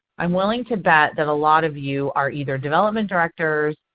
i'm willing to bet that a lot of you are either development directors,